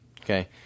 Okay